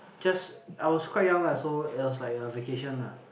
just I was quite young ah so it was like a vacation lah